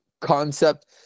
concept